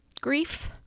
grief